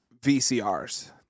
VCRs